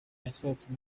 yasohotse